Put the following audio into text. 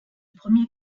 premier